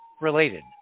related